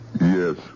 yes